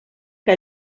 que